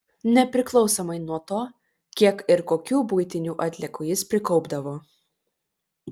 nepriklausomai nuo to kiek ir kokių buitinių atliekų jis prikaupdavo